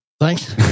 Thanks